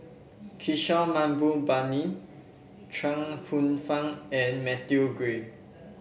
Kishore Mahbubani Chuang Hsueh Fang and Matthew Ngui